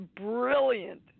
brilliant